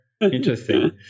Interesting